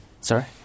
sorry